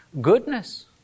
goodness